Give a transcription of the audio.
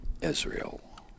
Israel